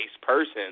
person